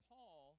Paul